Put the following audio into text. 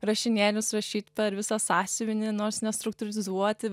rašinėlius rašyt per visą sąsiuvinį nors nestruktūrizuoti